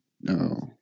no